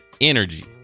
energy